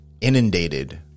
inundated